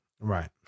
Right